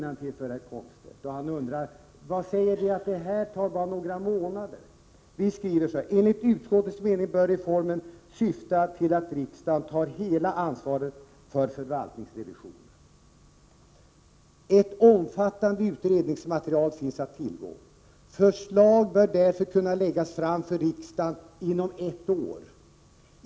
18 maj 1988 Då läser jag innantill för honom ur reservationen: ”Enligt utskottets mening bör reformen syfta till att riksdagen tar hela ansvaret för förvaltningsrevisionen. ——— Ett omfattande utredningsmaterial finns att tillgå. Förslag bör därför kunna läggas fram för riksdagen inom ett år.